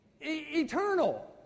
Eternal